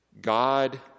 God